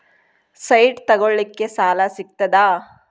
Site ತಗೋಳಿಕ್ಕೆ ಸಾಲಾ ಸಿಗ್ತದಾ?